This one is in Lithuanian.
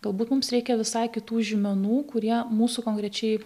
galbūt mums reikia visai kitų žymenų kurie mūsų konkrečiai